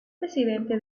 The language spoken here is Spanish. presidente